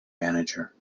manager